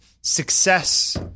success